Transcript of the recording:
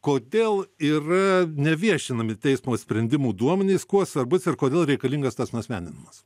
kodėl yra neviešinami teismo sprendimų duomenys kuo svarbus ir kodėl reikalingas tas nuasmeninamas